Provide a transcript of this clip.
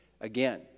Again